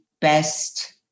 best